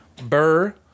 Burr